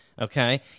okay